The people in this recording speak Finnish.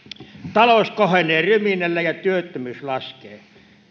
talous kohenee ryminällä ja työttömyys laskee